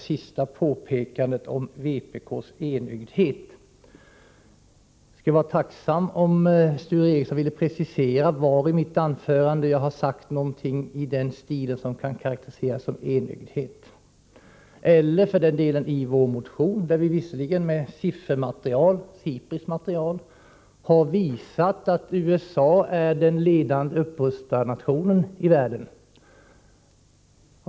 Jag vore tacksam om Sture Ericson ville precisera var i mitt anförande jag har sagt någonting som kan karakteriseras såsom enögdhet — eller var i vår motion, där vi med SIPRI:s siffermaterial har visat att USA är den ledande upprustarnationen i världen.